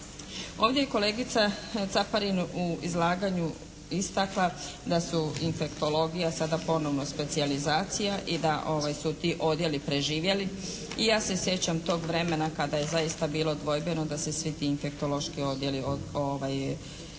Ovdje je kolegica Caparin u izlaganju istakla da su infektologija sada ponovno specijalizacija i da su ti odjeli preživjeli. I ja se sjećam tog vremena kada je zaista bilo dvojbeno da se svi ti infektološki odjeli ukinu